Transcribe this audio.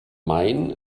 main